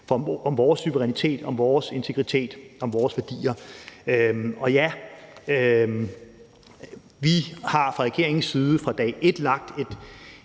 om vores suverænitet, om vores integritet, om vores værdier. Og ja, vi har fra regeringens side fra dag et lagt et